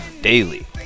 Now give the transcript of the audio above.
daily